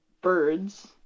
birds